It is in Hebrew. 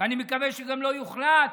ואני מקווה שגם לא יוחלט.